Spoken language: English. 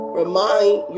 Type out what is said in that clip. remind